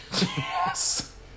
yes